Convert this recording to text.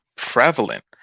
prevalent